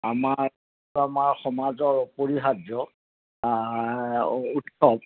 আমাৰ আমাৰ সমাজৰ অপৰিহাৰ্য উৎসৱ